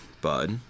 bud